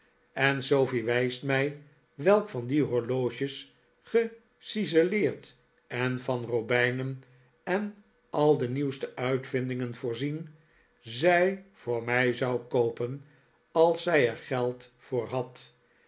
en sofie wij st mij welk van die horloges geciseleerd en van robijnen en al de nieuwste uitvindingen voorzien zij voor mij zou koopen als z ij er geld voor had